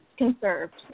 Conserved